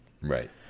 right